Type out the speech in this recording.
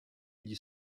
gli